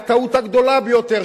הטעות הגדולה ביותר,